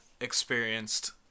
experienced